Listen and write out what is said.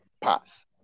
pass